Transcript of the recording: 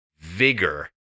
vigor